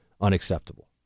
unacceptable